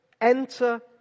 enter